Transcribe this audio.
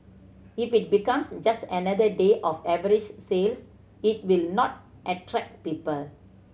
if it becomes just another day of average sales it will not attract people